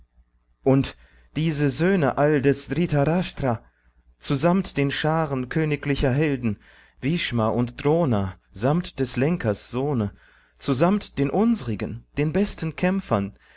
und diese söhne all des dhritarshtra zusamt den scharen königlicher helden bhshma und drona samt des lenkers sohne zusamt den unsrigen den besten kämpfern